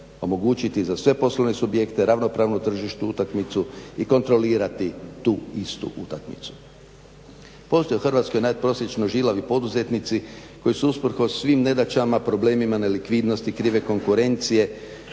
omogućiti za sve poslovne subjekte, ravnopravnu tržišnu utakmicu i kontrolirati tu istu utakmicu. Postoji u Hrvatskoj nadprosječno žilavi poduzetnici koji su usprkos svim nedaćama, problemima, nelikvidnosti, krive konkurencije,